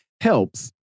helps